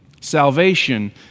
salvation